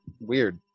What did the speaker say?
weird